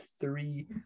three